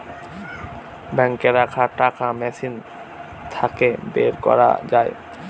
বাঙ্কে রাখা টাকা মেশিন থাকে বের করা যায়